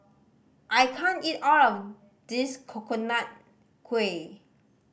I can't eat all of this Coconut Kuih